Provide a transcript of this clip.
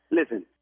listen